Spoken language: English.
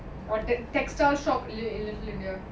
or the textile shop in little india